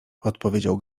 odpowiedział